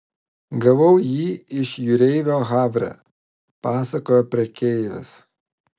gavau jį iš jūreivio havre pasakojo prekeivis